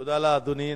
תודה לאדוני.